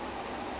ya